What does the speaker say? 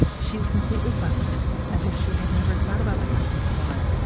she was completely flustered, as if she had never thought about the question before,